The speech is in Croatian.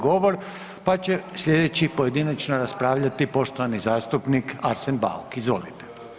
govor, pa će slijedeći pojedinačno raspravljati poštovani zastupnik Arsen Bauk, izvolite.